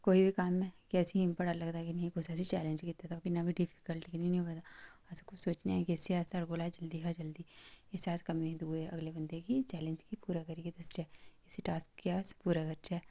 कोई कम्म ऐ कि असेंगी बड़ा लगदा कि नेईं कुसै चैलेंज गी कीते दा होऐ किन्ना बी डिफिकल्ट की निं होऐ अस सोचने आं कि साढ़े कशा जल्दी कशा जल्दी इस अस कम्मै गी दूए बंदे गी अस चैलेंज गी पूरा करियै दसचै इसी टास्क गी अस पूरा करचै